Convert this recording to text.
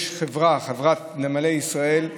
יש חברה, חברת נמלי ישראל,